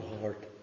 heart